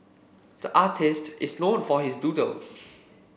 the artist is known for his doodles